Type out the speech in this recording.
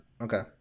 okay